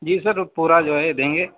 جی sir پورا جو ہے دیں گے